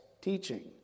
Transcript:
teaching